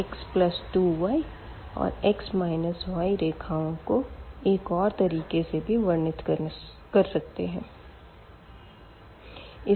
x 2 y और x yरेखाओं को एक और तरीके से भी वर्णित कर सकते है